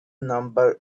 number